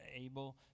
able